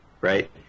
right